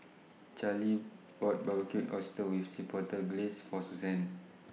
Charly bought Barbecued Oysters with Chipotle Glaze For Suzanne